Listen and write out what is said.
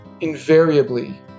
invariably